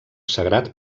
sagrat